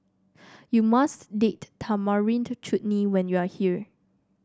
you must Date Tamarind Chutney when you are here